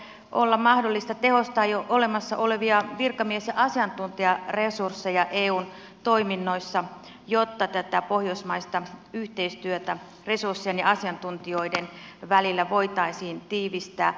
voisiko olla mahdollista tehostaa jo olemassa olevia virkamies ja asiantuntijaresursseja eun toiminnoissa jotta tätä pohjoismaista yhteistyötä resurssien ja asiantuntijoiden välillä voitaisiin tiivistää